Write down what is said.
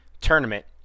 tournament